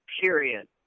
period